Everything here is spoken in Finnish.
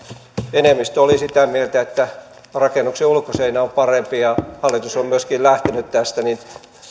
enemmistö oli sitä mieltä että rakennuksen ulkoseinä on parempi ja myöskin hallitus on lähtenyt tästä niin